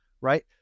right